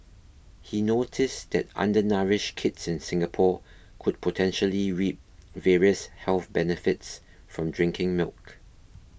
he noticed that undernourished kids in Singapore could potentially reap various health benefits from drinking milk